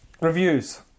Reviews